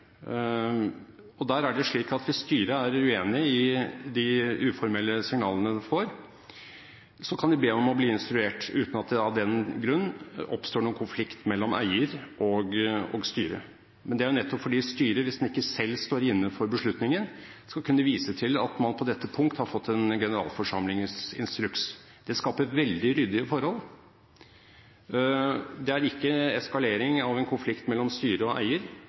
styret. Der er det slik at hvis styret er uenig i de uformelle signalene det får, kan det be om å bli instruert, uten at det av den grunn oppstår noen konflikt mellom eier og styre. Det er jo nettopp for at styret, hvis det ikke selv står inne for beslutningen, skal kunne vise til at man på dette punkt har fått en generalforsamlingsinstruks. Det skaper veldig ryddige forhold. Det er ikke eskalering av en konflikt mellom styre og eier,